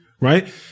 Right